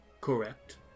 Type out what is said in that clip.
Correct